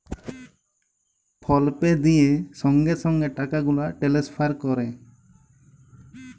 ফল pay দিঁয়ে সঙ্গে সঙ্গে টাকা গুলা টেলেসফার ক্যরে